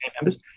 members